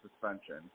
suspension